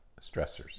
stressors